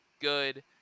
good